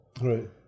Right